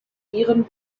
viren